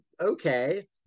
okay